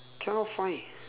cannot find